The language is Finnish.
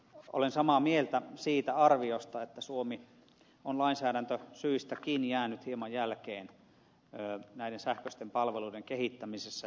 olen samaa mieltä siitä arviosta että suomi on lainsäädäntösyistäkin jäänyt hieman jälkeen näiden sähköisten palveluiden kehittämisessä